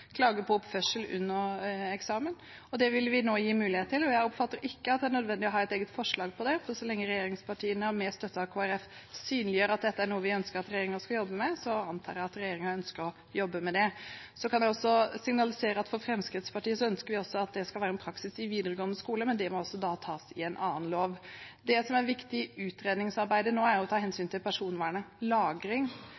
klage på oppførsel under eksamen. Det vil vi nå gi mulighet til. Jeg oppfatter ikke at det er nødvendig å ha et eget forslag på det, for så lenge regjeringspartiene med støtte av Kristelig Folkeparti synliggjør at dette er noe vi ønsker at regjeringen skal jobbe med, antar jeg at regjeringen ønsker å jobbe med det. Så kan jeg signalisere at Fremskrittspartiet ønsker at dette også skal være praksis i videregående skole, men det må da tas i en annen lov. Det som er viktig i utredningsarbeidet nå, er å ta